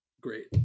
great